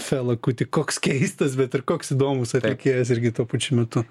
felakuti koks keistas bet ir koks įdomus atlikėjas irgi tuo pačiu metu